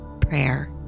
prayer